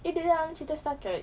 eh dia dalam cerita star trek